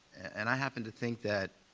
and i happen to think that,